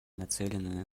нацеленные